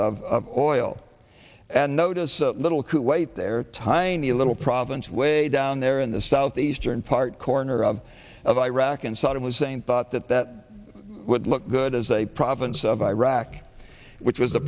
of oil and notice little kuwait their tiny little province way down there in the southeastern part corner of of iraq and saddam hussein thought that that would look good as a province of iraq which